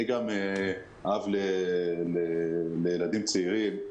אני גם אב לילדים צעירים,